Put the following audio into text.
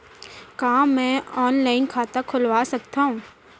का मैं ऑनलाइन खाता खोलवा सकथव?